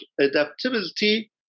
adaptability